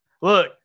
Look